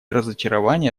разочарование